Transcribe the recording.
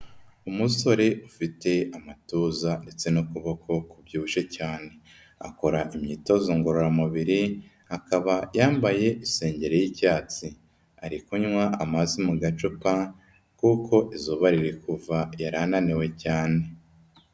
Umusore ufite amatuza ndetse n'ukuboko kubyibushye cyane, akora imyitozo ngororamubiri, akaba yambaye isengeri y'icyatsi, ari kunywa amazi mu gacupa kuko izuba riri kuva yari ananiwe cyane.